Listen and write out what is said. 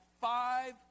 five